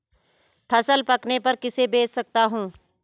फसल पकने पर किसे बेच सकता हूँ?